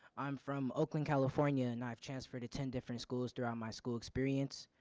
i'm from oakland california and i have transferred to ten different schools throughout my school experience.